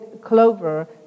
Clover